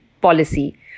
policy